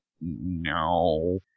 no